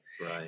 Right